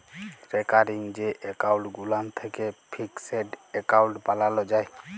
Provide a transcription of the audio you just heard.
recurring যে account গুলান থ্যাকে ফিকসেড এক্কাউল্ট বালালো যায়